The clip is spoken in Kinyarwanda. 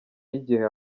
y’igihe